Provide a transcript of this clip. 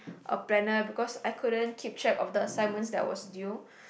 a planner because I couldn't keep track of the assignments that was due